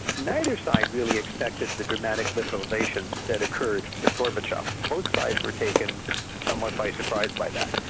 neither side really expected the dramatic liberalisation that occurred with gorbachev. both sides were taken somewhat by surprise by that.